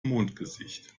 mondgesicht